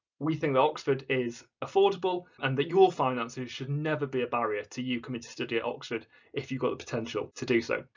we think that oxford is affordable and that your finances should never be a barrier to you coming to study at oxford if you've got the potential to do so.